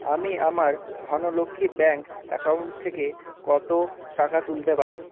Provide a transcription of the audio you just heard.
আমি আমার Dhanlaxmi bank account থেকে কত টাকা তুলতে পারি